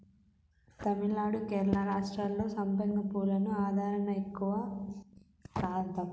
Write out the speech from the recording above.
తమిళనాడు, కేరళ రాష్ట్రాల్లో సంపెంగ పూలకు ఆదరణ ఎక్కువగా ఉందంట, వీటిని బొకేలు తయ్యారుజెయ్యడానికి వాడతారు